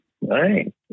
right